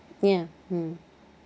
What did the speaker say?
ya mm